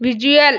visual